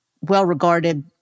well-regarded